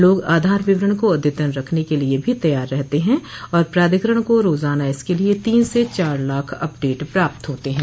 लोग आधार विवरण को अद्यतन रखने के लिए भी तैयार रहते हैं और प्राधिकरण को रोजाना इसके लिए तीन से चार लाख अपडेट प्राप्त होते हैं